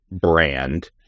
brand